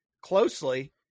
closely